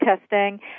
testing